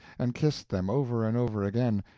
and kissed them over and over again,